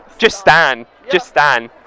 just stan, just stan.